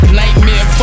nightmare